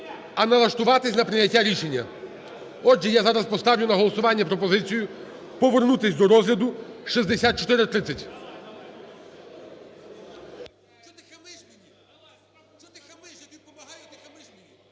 а налаштуватися на прийняття рішення. Отже, я зараз поставлю на голосування пропозицію, повернутися до розгляду 6430.